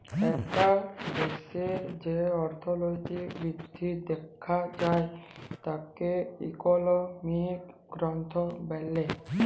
একটা দ্যাশের যে অর্থলৈতিক বৃদ্ধি দ্যাখা যায় তাকে ইকলমিক গ্রথ ব্যলে